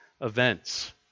events